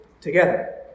together